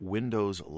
Windows